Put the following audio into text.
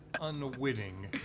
unwitting